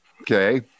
okay